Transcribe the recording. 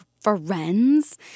friends